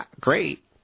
great